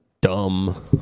Dumb